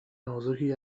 نازکی